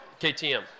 KTM